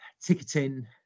ticketing